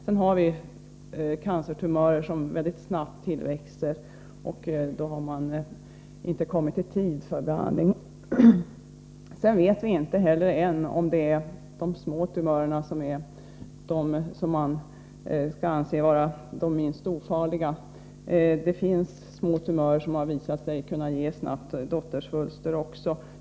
Vissa cancertumörer tillväxer mycket snabbt, och då har man inte kommit i tid för behandling. Sedan vet vi inte heller ännu om det är de små tumörerna som skall anses vara de ofarligaste. Det finns även små tumörer som har visat sig snabbt kunna ge dottersvulster.